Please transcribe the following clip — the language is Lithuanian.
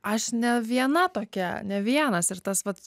aš ne viena tokia ne vienas ir tas pats